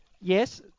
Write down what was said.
Yes